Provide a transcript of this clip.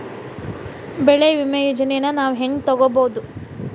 ಬೆಳಿ ವಿಮೆ ಯೋಜನೆನ ನಾವ್ ಹೆಂಗ್ ತೊಗೊಬೋದ್?